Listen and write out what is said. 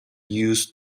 used